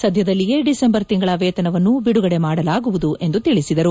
ಸದ್ಯದಲ್ಲಿಯೇ ಡಿಸೆಂಬರ್ ತಿಂಗಳ ವೇತನವನ್ನೂ ಬಿಡುಗಡೆ ಮಾಡಲಾಗುವುದು ಎಂದು ತಿಳಿಸಿದರು